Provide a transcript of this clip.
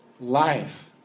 Life